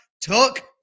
took